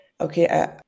okay